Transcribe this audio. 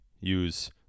use